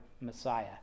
Messiah